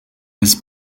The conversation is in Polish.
jest